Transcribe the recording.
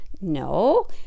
No